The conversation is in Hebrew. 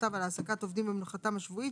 ובכתב על העסקת עובדים במנוחתם השבועית,